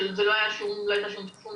שלא היתה שום בעיה.